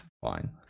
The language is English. Fine